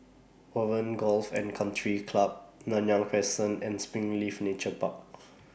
Warren Golf and Country Club Nanyang Crescent and Springleaf Nature Park